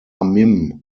mim